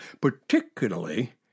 particularly